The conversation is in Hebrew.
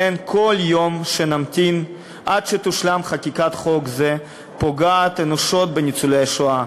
כל יום שנמתין עד שתושלם חקיקת חוק זה פוגע אנושות בניצולי השואה,